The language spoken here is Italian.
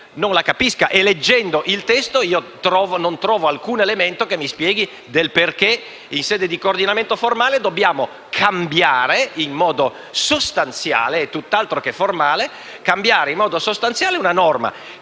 E leggendo il testo io non trovo alcun elemento che spieghi perché, in sede di coordinamento formale, dobbiamo cambiare in modo sostanziale e tutt'altro che formale una norma